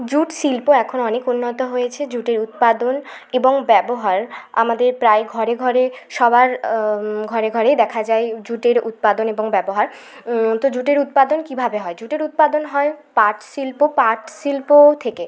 jute শিল্প এখন অনেক উন্নত হয়েছে জুটের উৎপাদন এবং ব্যবহার আমাদের প্রায় ঘরে ঘরে সবার ঘরে ঘরেই দেখা যায় জুটের উৎপাদন এবং ব্যবহার তো জুটের উৎপাদন কীভাবে হয় জুটের উৎপাদন হয় পাট শিল্প পাট শিল্প থেকে